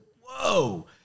whoa